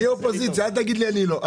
אני אופוזיציה, אל תגיד לי שאני לא.